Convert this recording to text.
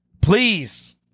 Please